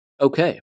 Okay